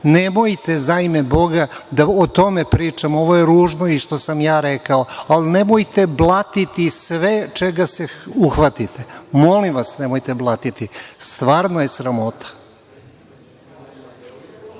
Nemojte, za ime Boga, da o tome pričamo. Ovo je ružno i što sam ja rekao, ali nemojte blatiti sve čega se uhvatite, molim vas nemojte blatiti, stvarno je sramota.